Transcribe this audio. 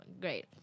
great